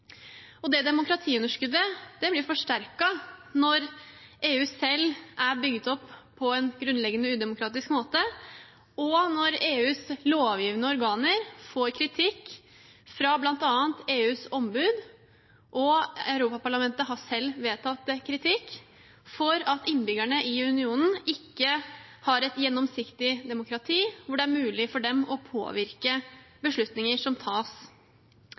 Det demokratiunderskuddet blir forsterket når EU selv er bygd opp på en grunnleggende udemokratisk måte, og når EUs lovgivende organer får kritikk fra bl.a. EUs ombud. Europaparlamentet har selv vedtatt kritikk for at innbyggerne i unionen ikke har et gjennomsiktig demokrati hvor det er mulig for dem å påvirke beslutninger som tas.